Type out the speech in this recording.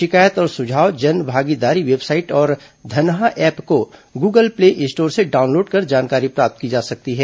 शिकायत और सुझाव जनभागीदारी वेबसाइट और धनहा ऐप को गूगल प्ले स्टोर से डाउनलोड कर जानकारी प्राप्त की जा सकती है